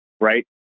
Right